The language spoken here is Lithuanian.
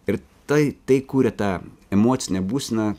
ir tai tai kuria tą emocinę būseną